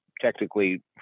technically